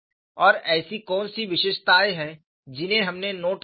और ऐसी कौन सी विशेषताएं हैं जिन्हें हमने नोट किया है